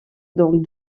dont